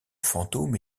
fantôme